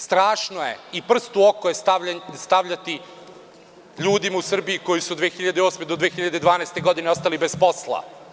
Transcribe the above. Strašno je i prst u oko je stavljati ljudima u Srbiji koji su od 2008. do 2012. godine ostali bez posle.